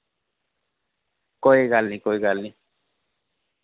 कोई गल्ल नेईं कोई गल्ल नेईं